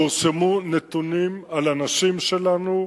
פורסמו נתונים על אנשים שלנו,